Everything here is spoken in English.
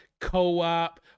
Co-op